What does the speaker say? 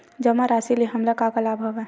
जमा राशि ले हमला का का लाभ हवय?